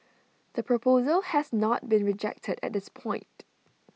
the proposal has not been rejected at this point